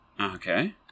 Okay